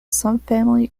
subfamily